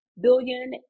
billion